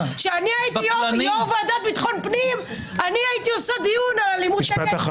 מירון, תודה.